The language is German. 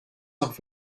nach